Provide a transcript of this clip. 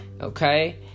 okay